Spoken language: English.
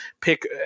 pick